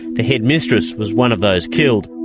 the headmistress was one of those killed.